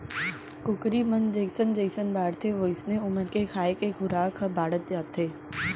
कुकरी मन जइसन जइसन बाढ़थें वोइसने ओमन के खाए के खुराक ह बाढ़त जाथे